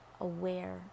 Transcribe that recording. aware